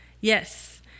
yes